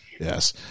yes